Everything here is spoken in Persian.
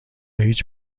هیچ